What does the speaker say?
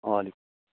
وعلیکُم